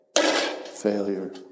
Failure